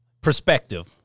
Perspective